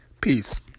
Peace